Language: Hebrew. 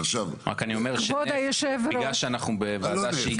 רק אני אומר שבגלל שאנחנו בוועדה שהיא